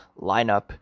lineup